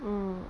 mm